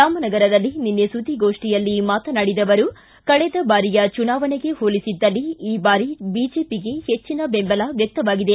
ರಾಮನಗರದಲ್ಲಿ ನಿನ್ನೆ ಸುದ್ದಿಗೋಷ್ಟಿಯಲ್ಲಿ ಮಾತನಾಡಿದ ಅವರು ಕಳೆದ ಬಾರಿಯ ಚುನಾವಣೆಗೆ ಹೋಲಿಸಿದಲ್ಲಿ ಈ ಬಾರಿ ಬಿಜೆಪಿಗೆ ಹೆಚ್ಚಿನ ಬೆಂಬಲ ವ್ಯಕ್ತವಾಗಿದೆ